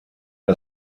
für